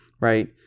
right